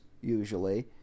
usually